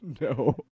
No